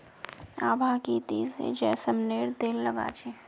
आभा की ती जैस्मिनेर तेल लगा छि